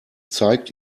zeigt